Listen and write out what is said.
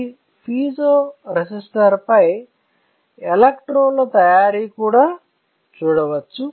ఈ పిజో రెసిస్టర్పై ఎలక్ట్రోడ్ల తయారీ కూడా చూడవచ్చు